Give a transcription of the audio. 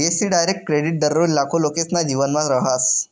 बी.ए.सी direct credit दररोज लाखो लोकेसना जीवनमा रहास